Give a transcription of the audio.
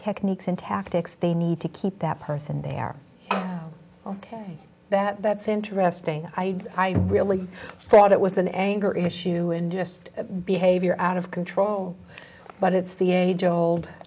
techniques and tactics they need to keep that person there ok that that's interesting i really thought it was an anger issue and just behavior out of control but it's the age old